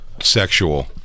sexual